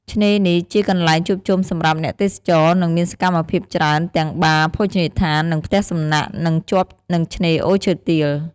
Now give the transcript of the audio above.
ឆ្នេរនេះជាកន្លែងជួបជុំសម្រាប់អ្នកទេសចរ និងមានសកម្មភាពច្រើន ទាំងបារ ភោជនីយដ្ឋាន និងផ្ទះសំណាក់ នៅជាប់នឹងឆ្នេរអូឈើទាល។